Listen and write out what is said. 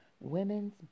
women's